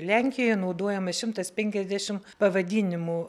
lenkijoje naudojamas šimtas penkiasdešimt pavadinimų